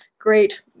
great